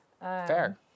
Fair